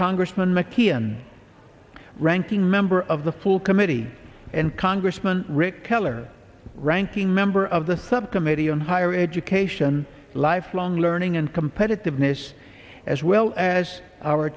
congressman mckeon ranking member of the full committee and congressman rick keller ranking member of the subcommittee on higher education lifelong learning and competitiveness as well as our